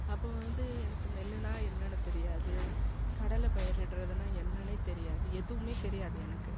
அப்போ வந்து எனக்கு நெல்லுன்னா என்னன்னு தெரியாது கடலை பயிரிட்றதுன்னா என்னன்னே தெரியாது எதுவுமே தெரியாது எனக்கு